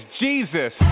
Jesus